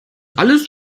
alles